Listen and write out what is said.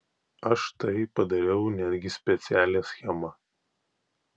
aš štai padariau netgi specialią schemą